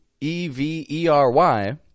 E-V-E-R-Y